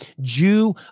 Jew